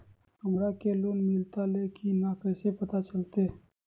हमरा के लोन मिलता ले की न कैसे पता चलते?